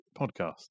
podcast